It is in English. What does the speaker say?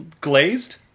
glazed